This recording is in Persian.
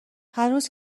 هنوز